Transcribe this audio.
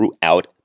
throughout